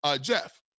Jeff